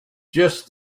just